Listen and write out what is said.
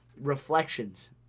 reflections